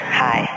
hi